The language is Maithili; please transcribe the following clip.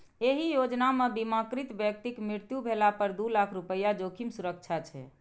एहि योजना मे बीमाकृत व्यक्तिक मृत्यु भेला पर दू लाख रुपैया जोखिम सुरक्षा छै